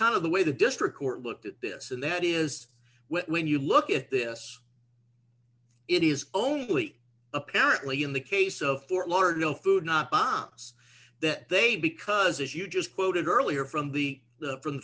of the way the district court looked at this and that is when you look at this it is only apparently in the case of fort lauderdale food not bombs that they because as you just quoted earlier from the the from